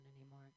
anymore